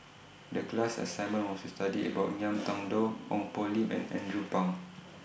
The class assignment was to study about Ngiam Tong Dow Ong Poh Lim and Andrew Phang